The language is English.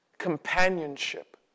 companionship